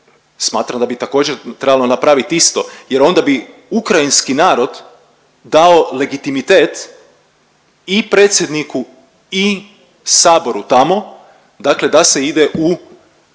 smatram da bi također, trebalo napraviti isto jer onda bi ukrajinski narod dao legitimitet i predsjedniku i saboru tamo, dakle da se ide u